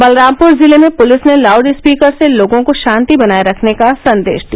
बलरामपुर जिले में पुलिस ने लाउडस्पीकर से लोगों को शांति बनाए रखने का संदेश दिया